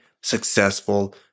successful